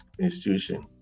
institution